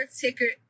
ticket